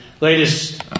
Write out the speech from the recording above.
latest